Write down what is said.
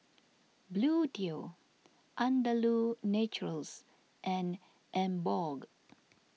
Bluedio Andalou Naturals and Emborg